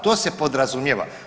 To se podrazumijeva.